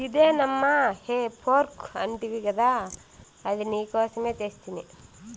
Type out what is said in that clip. ఇదే నమ్మా హే ఫోర్క్ అంటివి గదా అది నీకోసమే తెస్తిని